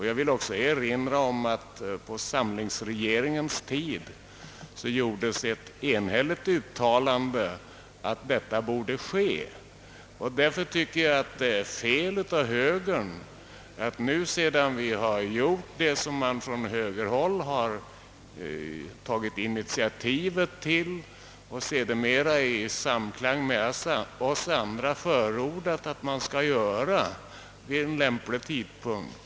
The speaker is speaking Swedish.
Jag vill också erinra om att det på samlingsregeringens tid gjordes ett enhälligt uttalande att detta överförande borde ske. Jag tycker därför att det är felaktigt av högern att nu vilja riva upp det beslut, som man från högerhåll tagit initiativ till och sedermera i samklang med oss andra förordat för genomförande vid lämplig tidpunkt.